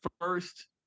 first